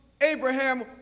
Abraham